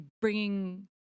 bringing